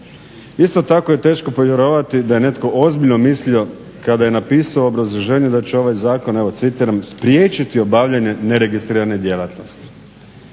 Isto tako je teško povjerovati da je netko ozbiljno mislio kada je napisao u obrazloženju da će ovaj zakon evo citiram: "spriječiti obavljanje neregistrirane djelatnosti"